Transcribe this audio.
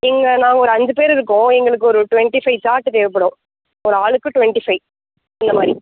இங்கே நாங்கள் ஒரு அஞ்சு பேர் இருக்கோம் எங்களுக்கு ஒரு ட்வெண்ட்டி ஃபைவ் சார்ட்டு தேவைப்படும் ஒரு ஆளுக்கு ட்வெண்ட்டி ஃபைவ் அந்த மாதிரி